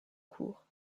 court